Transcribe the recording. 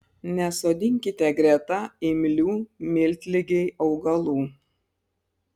nesodinkite greta imlių miltligei augalų